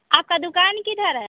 आपका दुकान किधर है